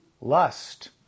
Lust